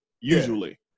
usually